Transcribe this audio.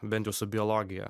bent jau su biologija